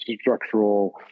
structural